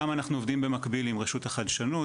גם אנחנו עובדים במקביל עם רשות החדשנות.